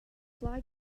flag